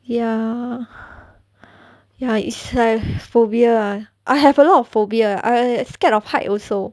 ya ya it's like a phobia I have a lot of phobia I scared of height also